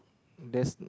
there's